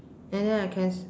an then I can